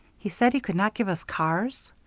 he said he could not give us cars?